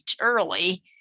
early